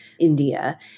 India